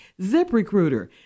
ZipRecruiter